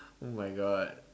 oh my God